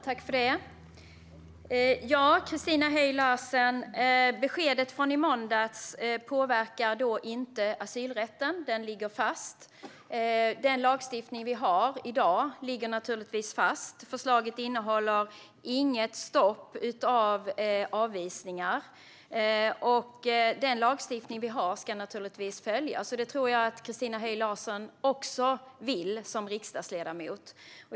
Herr talman! Beskedet från i måndags påverkar inte asylrätten. Den ligger fast. Den lagstiftning vi har i dag ligger naturligtvis fast. Förslaget innehåller inget stopp för avvisningar. Den lagstiftning vi har ska naturligtvis följas. Det tror jag att också Christina Höj Larsen vill som riksdagsledamot.